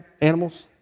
animals